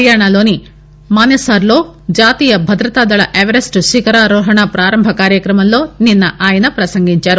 హర్యానాలోని మానేసార్లో జాతీయ భద్రతా దళ ఎవరెస్ట్ శిఖరారోహణ పారంభ కార్యక్రమంలో నిన్న ఆయన పసంగించారు